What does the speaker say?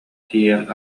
тиийэн